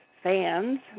fans